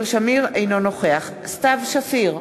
אינו נוכח סתיו שפיר,